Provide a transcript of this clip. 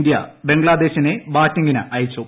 India ബംഗ്ലാദേശിനെ ബാറ്റിംങ്ങിന് അയച്ചു